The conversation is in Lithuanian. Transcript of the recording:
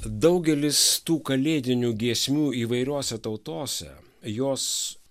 daugelis tų kalėdinių giesmių įvairiose tautose jos